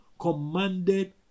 commanded